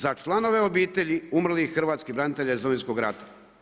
Za članove obitelji umrlih hrvatskih branitelja iz Domovinskog rata.